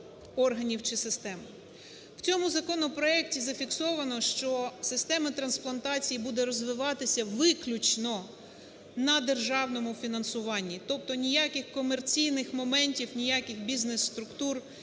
В цьому законопроекті зафіксовано, що система трансплантації буде розвиватися виключно на державному фінансуванні, тобто ніяких комерційних моментів, ніяких бізнес-структур,